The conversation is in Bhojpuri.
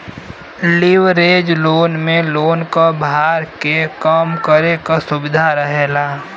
लिवरेज लोन में लोन क भार के कम करे क सुविधा रहेला